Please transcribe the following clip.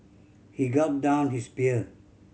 he gulped down his beer